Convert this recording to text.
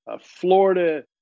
Florida